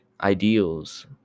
ideals